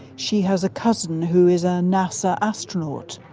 she has a cousin who is a nasa astronaut.